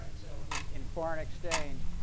so in in foreign exchange,